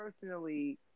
personally